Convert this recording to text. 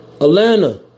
Atlanta